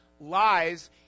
lies